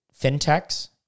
fintechs